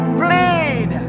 bleed